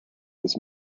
was